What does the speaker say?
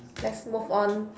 let's move on